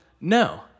No